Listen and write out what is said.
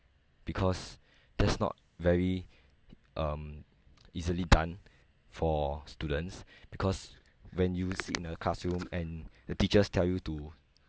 because that's not very um easily done for students because when you sit in a classroom and the teachers tell you to